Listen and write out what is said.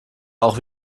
auch